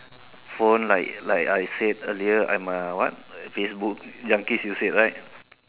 phone like like I said earlier I am what facebook junkies you said right